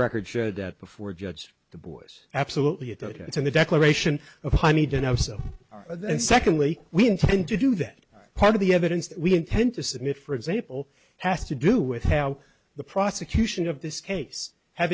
record showed that before judge the boys absolutely at that time the declaration of i need to know so then secondly we intend to do that part of the evidence that we intend to submit for example has to do with how the prosecution of this case hav